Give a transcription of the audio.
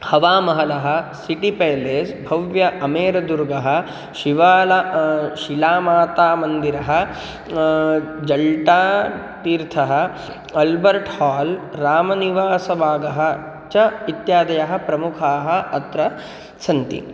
हवामहलः City Palace भवनम् अमेरदुर्गः शिवाल शिलामातामन्दिरः जल्टातीर्थः अल्बर्ट् हाल् रामनिवासबागः च इत्यादयः प्रमुखाः अत्र सन्ति